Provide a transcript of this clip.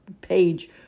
page